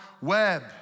web